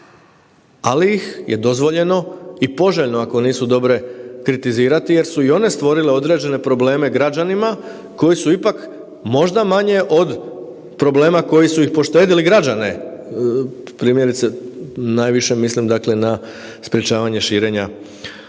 ali je dozvoljeno i poželjno ako nisu dobre kritizirati jer su i one stvorile određene probleme građanima koji su ipak možda manje od problema koji su ih poštedili građane, primjerice najviše mislim dakle na sprječavanje širenja